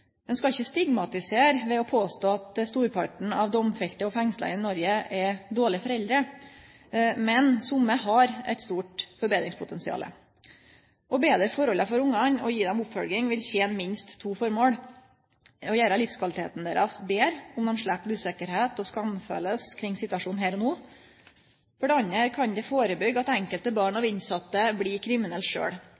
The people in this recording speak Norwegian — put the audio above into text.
Ein skal ikkje stigmatisere ved å påstå at storparten av domfelte og fengsla i Noreg er dårlege foreldre, men somme har eit stort betringspotensial. Å betre tilhøva for ungane og gje dei oppfølging vil tene minst to formål: for det første å gjere livskvaliteten deira betre om dei slepp utryggleik og skamkjensle kring situasjonen her og no. For det andre kan det førebyggja at enkelte barn